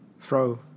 throw